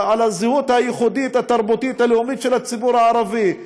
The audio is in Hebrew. על הזהות הייחודית התרבותית הלאומית של הציבור הערבי,